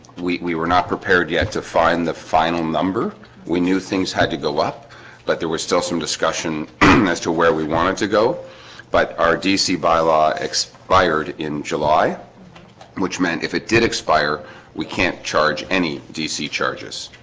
we we were not prepared yet to find the final number we knew things had to go up but there was still some discussion um and as to where we wanted to go but our dc bylaw expired in july which meant if it did expire we can't charge any dc charges,